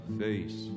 face